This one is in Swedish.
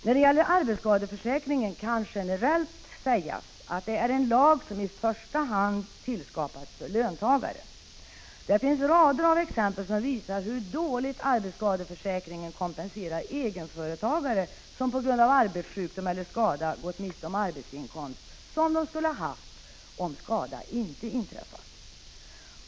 När det gäller arbetsskadeförsäkringen kan generellt sägas, att det är en lag som i första hand tillskapats för löntagare. Det finns rader av exempel som visar hur dåligt arbetsskadeförsäkringen kompenserar egenföretagare, som på grund av arbetssjukdom eller skada går miste om arbetsinkomst, som de skulle ha haft om skada ej inträffat.